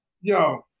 Yo